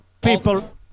people